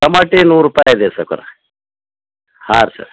tomato ನೂ ರು ರೂಪಾಯಿ ಇದೆ ಸೌಕಾರ್ರೆ ಹಾಂ ಸರ್